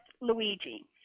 Luigi